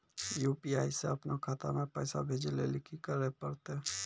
UPI से अपनो खाता मे पैसा भेजै लेली कि करै पड़तै?